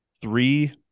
three